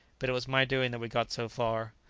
but it was my doing that we got so far.